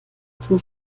zum